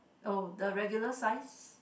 oh the regular size